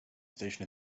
station